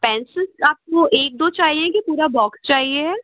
pencils आपको एक दो चाहिए कि पूरा बॉक्स चाहिए है